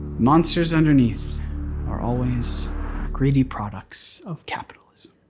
monsters underneath are always greedy products of capitalism.